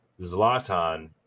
Zlatan